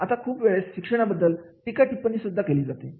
आता खूप वेळेस शिक्षणाबद्दल टीकाटिप्पणी सुद्धा केली जाते